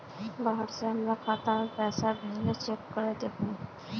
बाहर से हमरा खाता में पैसा भेजलके चेक कर दहु?